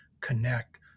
connect